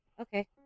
okay